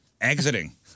exiting